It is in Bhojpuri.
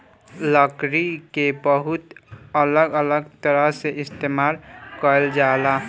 लकड़ी के बहुत अलग अलग तरह से इस्तेमाल कईल जाला